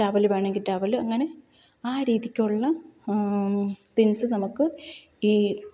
towel വേണമെങ്കിൽ towel അങ്ങനെ ആ രീതിക്കുള്ള തിങ്ങ്സ് നമുക്ക് ഈ